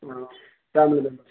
మద